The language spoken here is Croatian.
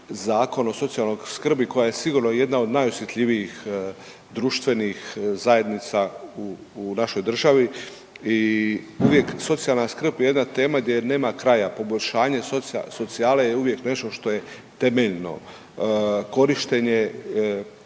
Zakon o socijalnoj skrbi koja je sigurno jedna od najosjetljivijih društvenih zajednica u našoj državi i uvijek socijalna skrb je jedna tema gdje nema kraja. Poboljšanje socijale je uvijek nešto što je temeljno. Korištenje,